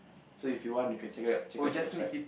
so you want you can check up check up the website